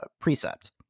precept